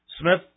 Smith